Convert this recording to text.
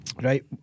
Right